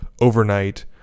overnight